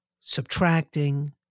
subtracting